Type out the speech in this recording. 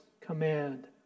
command